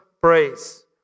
praise